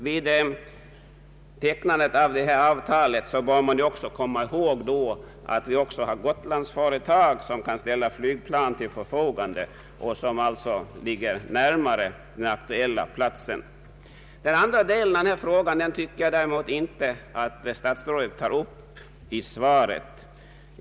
Vid tecknandet av detta avtal bör man också komma ihåg att det finns Gotlandsföretag som kan ställa flygplan till förfogande, företag som ligger närmare det aktuella området. Den andra delen av min fråga tycker jag inte att statsrådet tar upp i sitt svar.